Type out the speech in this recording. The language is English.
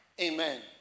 Amen